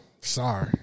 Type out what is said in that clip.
Sorry